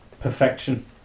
perfection